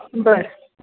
बरं